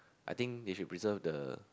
I think they should preserve the